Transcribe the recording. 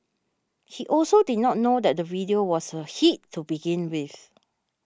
he also did not know that the video was a hit to begin with